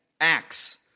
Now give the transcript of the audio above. Acts